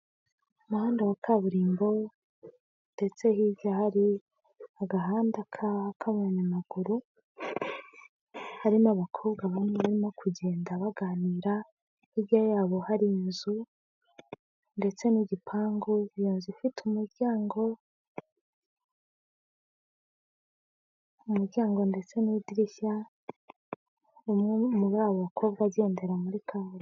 Umuhanda wa kaburimbo ndetse hirya hari agahanda k'abanyamaguru, hari n'abakobwa bane barimo kugenda baganira ,hirya yabo hari inzu ndetse n'igipangu iyo nzu ifite umuryango ,muryango ndetse n'idirishya umwe muri abo bakobwa agendera muri kaburimbo.